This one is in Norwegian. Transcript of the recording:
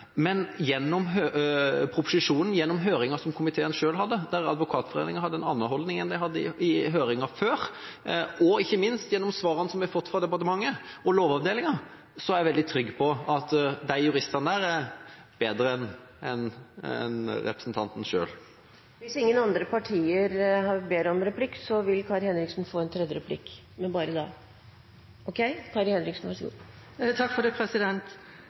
Men gjennom proposisjonen og gjennom høringa som komiteen selv hadde, der Advokatforeningen hadde en annen holdning enn de hadde i høringa før, og ikke minst gjennom svarene som vi har fått fra departementet og Lovavdelinga, er jeg veldig trygg på at juristene her er bedre enn representanten selv. Hvis ingen andre partier ber om replikk, vil Kari Henriksen få en tredje replikk – men bare da. Takk for det, president.